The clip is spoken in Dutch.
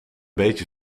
beetje